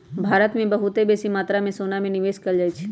भारत में बहुते बेशी मत्रा में सोना में निवेश कएल जाइ छइ